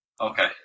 Okay